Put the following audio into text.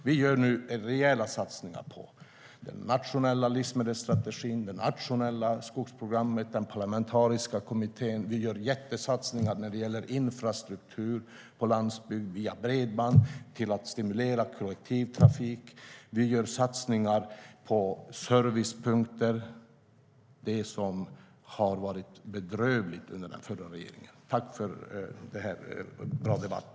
Vi gör nu rejäla satsningar på den nationella livsmedelsstrategin, det nationella skogsprogrammet och den parlamentariska kommittén. Vi gör jättesatsningar när det gäller infrastruktur på landsbygd via bredband och på att stimulera kollektivtrafik. Vi gör satsningar på servicepunkter - det som har varit bedrövligt under den förra regeringen. Tack för en bra debatt!